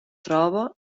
troba